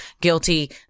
Guilty